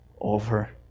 over